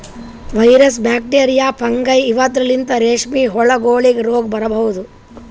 virus, bacteria, fungi ಇವದ್ರಲಿಂತ್ ರೇಶ್ಮಿ ಹುಳಗೋಲಿಗ್ ರೋಗ್ ಬರಬಹುದ್